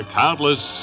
countless